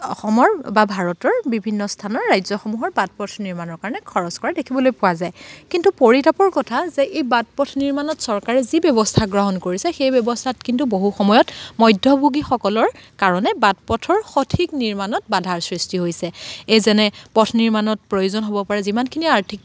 অসমৰ বা ভাৰতৰ বিভিন্ন স্থানৰ ৰাজ্যসমূহৰ বাট পথ নিৰ্মাণৰ কাৰণে খৰচ কৰা দেখিবলৈ পোৱা যায় কিন্তু পৰিতাপৰ কথা যে এই বাট পথ নিৰ্মাণত চৰকাৰে যি ব্যৱস্থা গ্ৰহণ কৰিছে সেই ব্যৱস্থাত কিন্তু বহু সময়ত মধ্যভোগীসকলৰ কাৰণে বাট পথৰ সঠিক নিৰমাণৰ বাধাৰ সৃষ্টি হৈছে এই যেনে পথ নিৰ্মাণত প্ৰয়োজন হ'ব পৰা যিমানখিনি আৰ্থিক